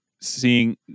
seeing